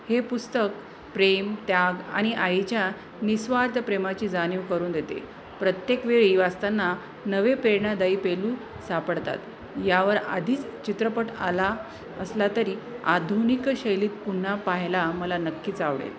हे पुस्तक प्रेम त्याग आणि आईच्या निस्वार्थ प्रेमाची जाणीव करून देते प्रत्येक वेळी वाचताना नवे प्रेरणादायी पैलू सापडतात यावर आधीच चित्रपट आला असला तरी आधुनिक शैलीत पुन्हा पाहायला मला नक्कीच आवडेल